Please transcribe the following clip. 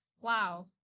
wow